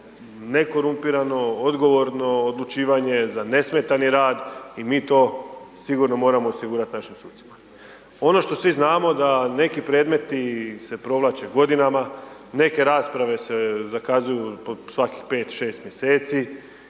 nekorumpirano, odgovorno odlučivanje za nesmetani rad i mi to sigurno moramo osigurati našim sucima. Ono što svi znamo da neki predmeti se provlače godinama, neke rasprave se zakazuju po svakih 5, 6 mjeseci